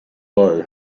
low